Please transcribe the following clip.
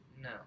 No